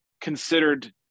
considered